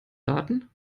daten